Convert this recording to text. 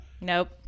Nope